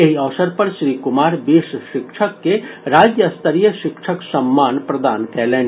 एहि अवसर पर श्री कुमार बीस शिक्षक के राज्य स्तरीय शिक्षक सम्मान प्रदान कयलनि